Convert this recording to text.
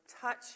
touch